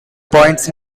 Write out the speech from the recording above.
points